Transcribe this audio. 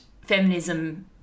feminism